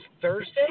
Thursday